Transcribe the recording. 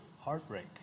heartbreak